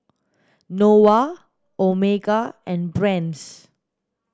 Nova Omega and Brand's